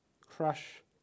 crush